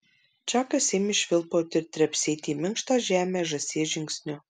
čakas ėmė švilpauti ir trepsėti į minkštą žemę žąsies žingsniu